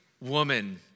woman